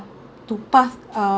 to path uh